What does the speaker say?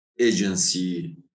agency